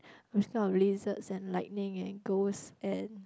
I'm scared of lizards and lightning and ghosts and